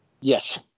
Yes